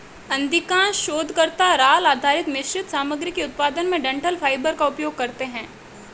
अधिकांश शोधकर्ता राल आधारित मिश्रित सामग्री के उत्पादन में डंठल फाइबर का उपयोग करते है